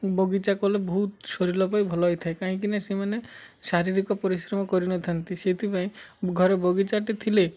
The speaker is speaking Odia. ବଗିଚା କଲେ ବହୁତ ଶରୀର ପାଇଁ ଭଲ ହେଇଥାଏ କାହିଁକିନା ସେମାନେ ଶାରୀରିକ ପରିଶ୍ରମ କରିନଥାନ୍ତି ସେଇଥିପାଇଁ ଘରେ ବଗିଚାଟି ଥିଲେ